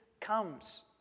comes